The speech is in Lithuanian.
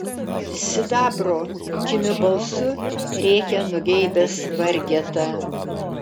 sidabro kimiu balsu rėkia nugeibęs vargeta